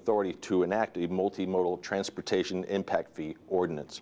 authority to enact even multi modal transportation impact ordinance